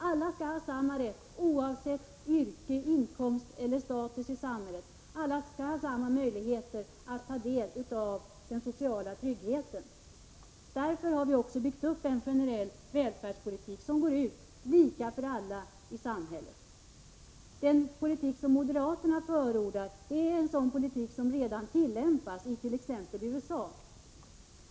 Alla skall ha samma rätt, oavsett yrke, inkomst eller status i samhället. Alla skall ha samma möjligheter att ta del av den sociala tryggheten. Därför har vi också byggt upp en generell välfärdspolitik som går ut på att det skall vara lika för alla i samhället. Den politik som moderaterna förordar är en politik som redan tillämpasit.ex.